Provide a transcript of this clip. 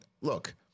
look